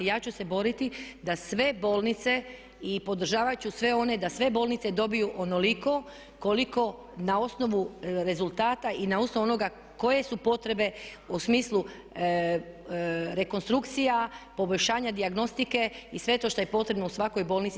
Ja ću se boriti da sve bolnice, i podržavat ću sve one da sve bolnice dobiju onoliko koliko na osnovu rezultata i na osnovu onoga koje su potrebe u smislu rekonstrukcija, poboljšanja dijagnostike i sve to što je potrebno u svakoj bolnici.